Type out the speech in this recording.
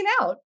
out